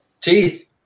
Teeth